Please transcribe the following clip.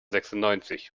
sechsundneunzig